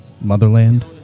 motherland